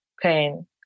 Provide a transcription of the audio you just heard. pain